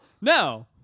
No